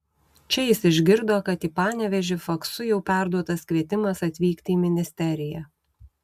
čia jis išgirdo kad į panevėžį faksu jau perduotas kvietimas atvykti į ministeriją